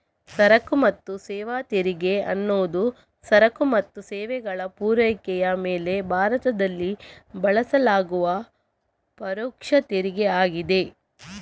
ಸರಕು ಮತ್ತು ಸೇವಾ ತೆರಿಗೆ ಅನ್ನುದು ಸರಕು ಮತ್ತು ಸೇವೆಗಳ ಪೂರೈಕೆಯ ಮೇಲೆ ಭಾರತದಲ್ಲಿ ಬಳಸಲಾಗುವ ಪರೋಕ್ಷ ತೆರಿಗೆ ಆಗಿದೆ